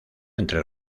entre